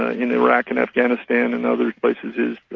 ah in iraq and afghanistan and other places is